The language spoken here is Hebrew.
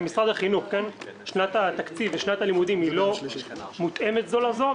במשרד החינוך שנת התקציב ושנת הלימודים לא מותאמות זו לזו,